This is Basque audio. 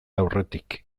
aurretik